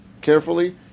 carefully